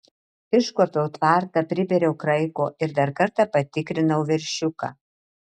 iškuopiau tvartą pribėriau kraiko ir dar kartą patikrinau veršiuką